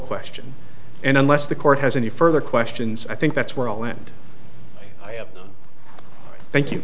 question and unless the court has any further questions i think that's where all and i am thank you